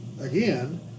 again